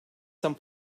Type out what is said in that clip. some